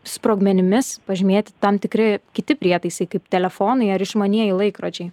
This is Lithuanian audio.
sprogmenimis pažymėti tam tikri kiti prietaisai kaip telefonai ar išmanieji laikrodžiai